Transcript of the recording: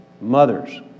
Mothers